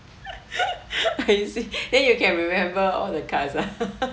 crazy then you can remember all the cards ah